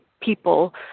people